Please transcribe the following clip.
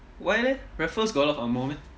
why leh raffles got a lot of angmoh meh